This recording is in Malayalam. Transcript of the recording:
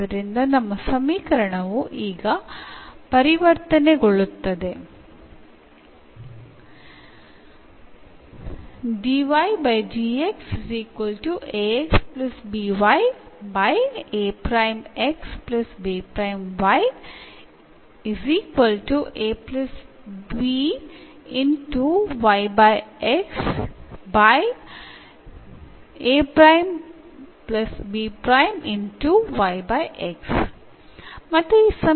അതിനാൽ നമ്മുടെ സമവാക്യം ഇപ്പോൾ എന്ന ഹോമോജീനിയസ് സമവാക്യം ആയി പരിവർത്തനം ചെയ്യുന്നു